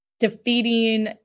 defeating